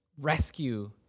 rescue